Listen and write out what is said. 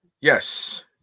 yes